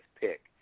pick